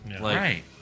right